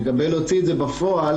לגבי להוציא את זה בפועל